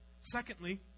Secondly